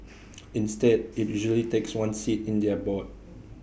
instead IT usually takes one seat in their board